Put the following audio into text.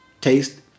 taste